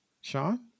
Sean